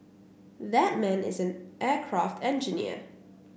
that man is an aircraft engineer